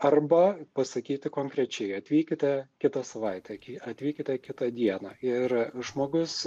arba pasakyti konkrečiai atvykite kitą savaitę atvykite kitą dieną ir žmogus